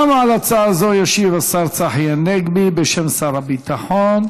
גם על הצעה זו ישיב השר צחי הנגבי בשם שר הביטחון.